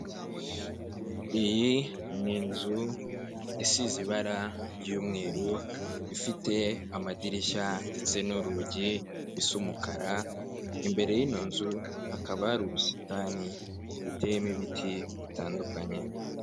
Iyi ni inzu isize ibara ry'umweru, ifite amadirishya ndetse n'urugi bisa umukara, imbere y'ino nzu hakaba hari ubusitani buteyemo ibiti bitandukanye.